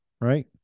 right